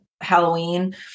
Halloween